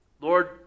Lord